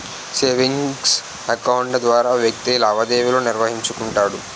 savings account ద్వారా వ్యక్తి లావాదేవీలు నిర్వహించుకుంటాడు